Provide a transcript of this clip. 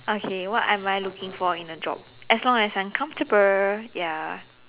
okay what am I looking for in a job as long as I'm comfortable ya